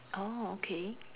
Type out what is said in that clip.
orh okay